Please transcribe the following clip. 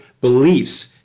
beliefs